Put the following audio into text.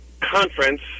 Conference